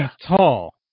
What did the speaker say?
tall